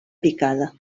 picada